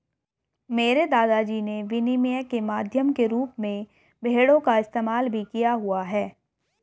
मेरे दादा जी ने विनिमय के माध्यम के रूप में भेड़ों का इस्तेमाल भी किया हुआ है